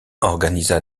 organisa